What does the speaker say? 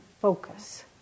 focus